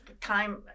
Time